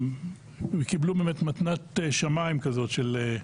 הם קיבלו באמת מתנת שמים כזאת.